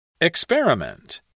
Experiment